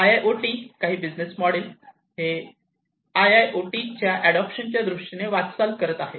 IIoT काही business model हे IIoT adoption च्या दृष्टीने वाटचाल करत आहे